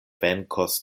venkos